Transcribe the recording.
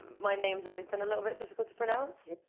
my name's always been a little bit difficult to pronounce.